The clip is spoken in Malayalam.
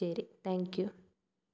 ശരി താങ്ക് യു